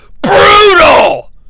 brutal